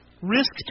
Risk